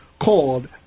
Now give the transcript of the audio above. called